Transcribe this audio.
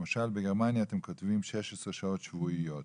למשל, בגרמניה אתם כותבים 16 שעות שבועיות